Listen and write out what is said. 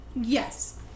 Yes